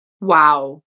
wow